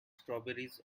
strawberries